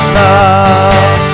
love